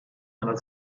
nella